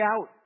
out